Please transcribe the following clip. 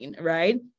right